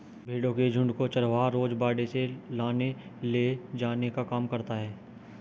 भेंड़ों के झुण्ड को चरवाहा रोज बाड़े से लाने ले जाने का काम करता है